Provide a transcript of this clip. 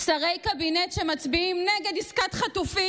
שרי קבינט שמצביעים נגד עסקת חטופים,